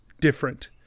different